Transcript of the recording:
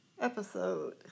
episode